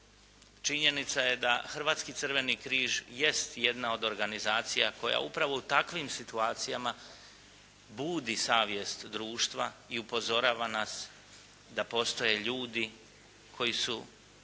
Činjenica je da Hrvatski crveni križ jest jedna od organizacija koja upravo u takvim situacijama budi savjest društva i upozorava nas da postoje ljudi koji su